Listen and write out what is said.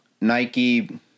Nike